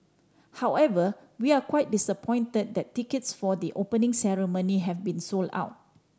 however we're quite disappointed that tickets for the Opening Ceremony have been sold out